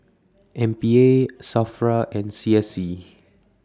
M P A SAFRA and C S C